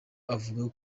avuga